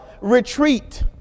retreat